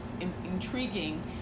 intriguing